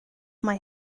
mae